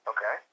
Okay